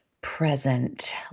present